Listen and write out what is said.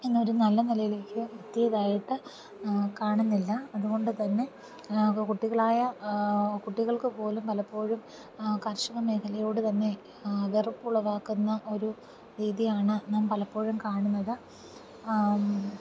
ഇന്നൊരു നല്ല നിലയിലേക്ക് എത്തിയതായിട്ട് കാണുന്നില്ല അതുകൊണ്ടു തന്നെ കുട്ടികളായ കുട്ടികൾക്കു പോലും പലപ്പോഴും കാർഷിക മേഖലയോടു തന്നെ വെറുപ്പുളവാക്കുന്ന ഒരു രീതിയാണ് നാം പലപ്പോഴും കാണുന്നത്